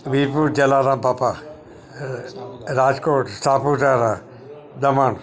Virpur Jalaram Bapa Rajkot Saputara Daman